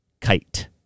kite